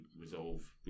resolve